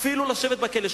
אפילו לשבת בכלא,